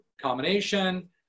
combination